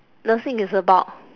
nursing is about